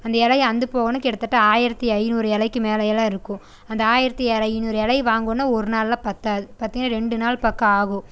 அந்த எலை அறுந்து போனால் கிட்டத்தட்ட ஆயிரத்தி ஐநூறு இலைக்கு மேலயெல்லாம் இருக்கும் அந்த ஆயிரத்தி ஐநூறு இலைய வாங்கோணுனா ஒரு நாள்லாம் பத்தாது பார்த்திங்கனா ரெண்டு நாள் பக்கம் ஆகும்